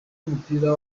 w’umupira